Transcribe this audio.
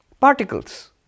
Particles